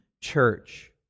church